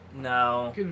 No